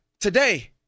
today